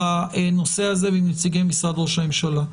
בנושא הזה ועם נציגי משרד ראש הממשלה.